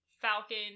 Falcon